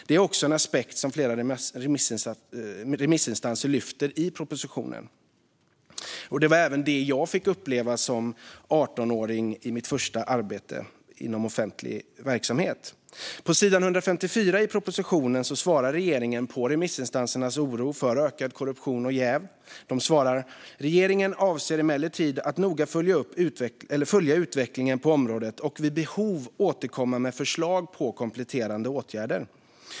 Det är en aspekt som flera remissinstanser lyfter fram i propositionen. Det var även det jag fick uppleva som 18-åring i mitt första arbete inom offentlig verksamhet. På sidan 154 i propositionen svarar regeringen på remissinstansernas oro för ökad korruption och jäv: "Regeringen avser emellertid att noga följa utvecklingen på området och vid behov återkomma med förslag på kompletterande åtgärder."